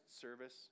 service